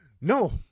No